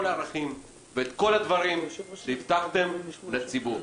הערכים ואת כל הדברים שהבטחתם לציבור,